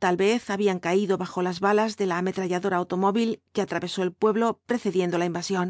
tal vez habían caído bajo las balas de la ametralladora automóvil que atravesó el pueblo precediendo á la invasión